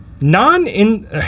non-in